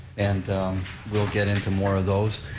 and we'll get into more of those.